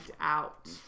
out